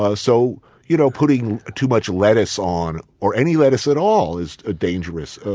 ah so you know putting too much lettuce on, or any lettuce at all, is ah dangerous.